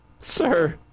Sir